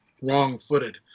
wrong-footed